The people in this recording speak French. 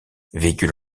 véhicule